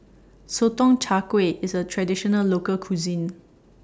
Sotong Char Kway IS A Traditional Local Cuisine